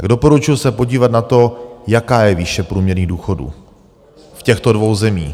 Doporučuju se podívat na to, jaká je výše průměrných důchodů v těchto dvou zemích.